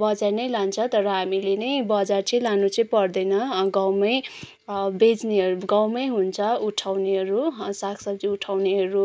बजार नै लान्छ तर हामीले नै बजार चाहिँ लानु चाहिँ पर्दैन गाउँमै बेच्नेहरू गउँमै हुन्छ उठाउनेहरू साग सब्जी उठाउनेहरू